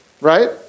Right